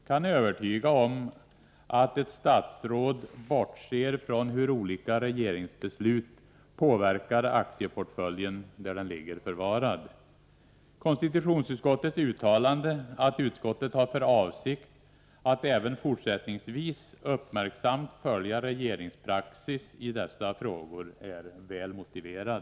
kan övertyga om att ett statsråd bortser från hur olika regeringsbeslut påverkar aktieportföljen där den ligger förvarad. Konstitutionsutskottets uttalande, att utskottet har för avsikt att även fortsättningsvis uppmärksamt följa regeringspraxis i dessa frågor, är väl motiverat.